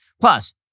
Plus